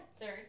third